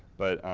but,